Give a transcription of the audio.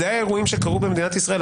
זה האירועים שקרו במדינת ישראל.